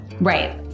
Right